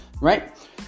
right